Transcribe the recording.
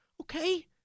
Okay